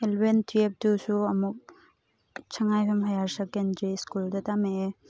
eleven ꯇꯨꯌꯦꯕꯇꯨꯁꯨ ꯑꯃꯨꯛ ꯁꯉꯥꯏꯌꯨꯝꯐꯝ ꯍꯥꯌꯔ ꯁꯦꯀꯦꯟꯗ꯭ꯔꯤ ꯁ꯭ꯀꯨꯜꯗ ꯇꯝꯃꯛꯑꯦ